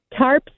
tarps